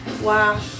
Wow